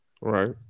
Right